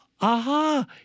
Aha